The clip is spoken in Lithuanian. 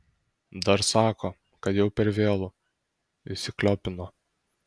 dar sako kad jau per vėlu įsikliopino